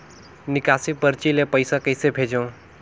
निकासी परची ले पईसा कइसे भेजों?